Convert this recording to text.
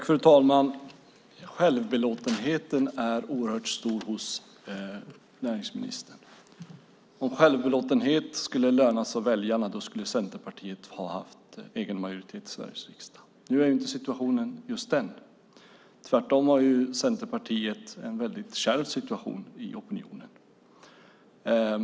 Fru talman! Självbelåtenheten är oerhört stor hos näringsministern. Om självbelåtenhet skulle lönas av väljarna skulle Centerpartiet ha haft egen majoritet i Sveriges riksdag. Nu är inte situationen den. Tvärtom har Centerpartiet en väldigt kärv situation i opinionen.